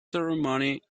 ceremony